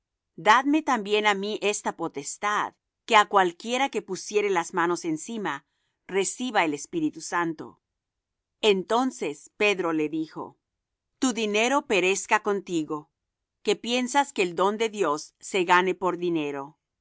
dadme también á mí esta potestad que á cualquiera que pusiere las manos encima reciba el espíritu santo entonces pedro le dijo tu dinero perezca contigo que piensas que el don de dios se gane por dinero